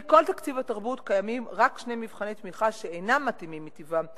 בכל תקציב התרבות קיימים רק שני מבחני תמיכה שאינם מתאימים מטבעם